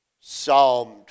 Psalm